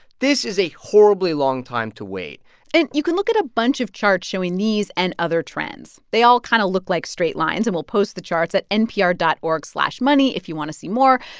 this is a horribly long time to wait and you can look at a bunch of charts showing these and other trends. they all kind of look like straight lines. and we'll post the charts at npr dot org slash money if you want to see more.